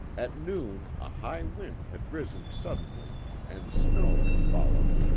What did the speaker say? at noon a high wind had risen suddenly and snow had followed.